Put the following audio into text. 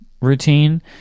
routine